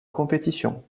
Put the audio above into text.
compétition